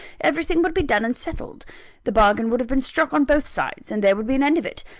everything would be done and settled the bargain would have been struck on both sides and there would be an end of it.